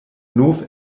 nov